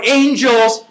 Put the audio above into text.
angels